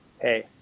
Hey